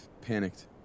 panicked